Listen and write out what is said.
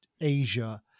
Asia